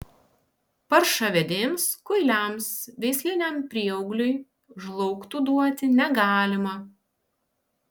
paršavedėms kuiliams veisliniam prieaugliui žlaugtų duoti negalima